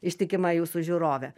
ištikima jūsų žiūrovė